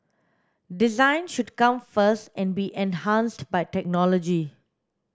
design should come first and be enhanced by technology